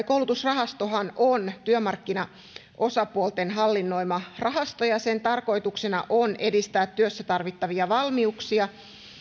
koulutusrahastohan on työmarkkinaosapuolten hallinnoima rahasto ja sen tarkoituksena on edistää työssä tarvittavia valmiuksia